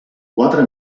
quatre